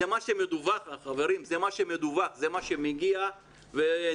וזה מה שמדווח, חברים, זה מה שמגיע ונרשם,